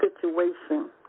situation